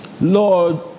Lord